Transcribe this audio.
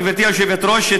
גברתי היושבת-ראש,